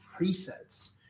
presets